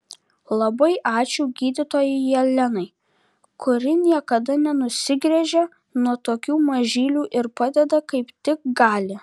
labai ačiū gydytojai jelenai kuri niekada nenusigręžia nuo tokių mažylių ir padeda kaip tik gali